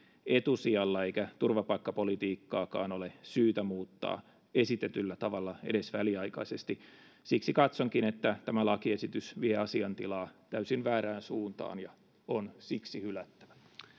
etusijalla eikä turvapaikkapolitiikkaakaan ole syytä muuttaa esitetyllä tavalla edes väliaikaisesti siksi katsonkin että tämä lakiesitys vie asiantilaa täysin väärään suuntaan ja on siksi hylättävä